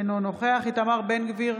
אינו נוכח איתמר בן גביר,